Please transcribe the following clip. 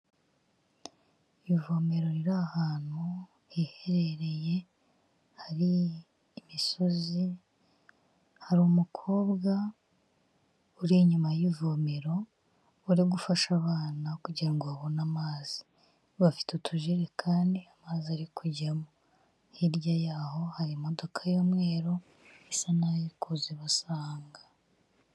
Ivomero riri ahantu hiherereye hari imisozi, hari umukobwa uri inyuma y'ivomero uri gufasha abana kugira ngo babone amazi, bafite utujerekani amazi ari kujyamo, hirya yaho hari imodoka y'umweru isa n'aho iri kuza ibasanga.